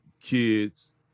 kids